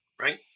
Right